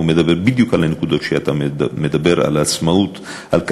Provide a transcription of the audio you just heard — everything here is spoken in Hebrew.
הוא מדבר בדיוק על הנקודות שאתה מדבר עליהן: על העצמאות,